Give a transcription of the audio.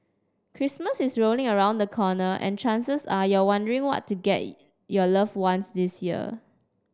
Christmas is rolling around the corner and chances are you wondering what to get your loved ones this year